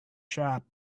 shop